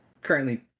currently